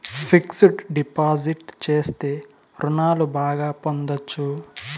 fixed deposit చేస్తే రుణాలు బాగా పొందొచ్చు